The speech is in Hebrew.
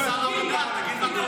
שר המדע, תגיד מה קורה היום.